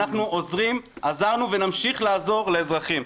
אנחנו עוזרים, עזרנו, ונמשיך לעזור לאזרחים.